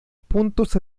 puntos